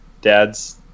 Dad's